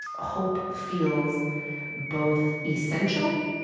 hope feels both essential,